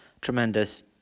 tremendous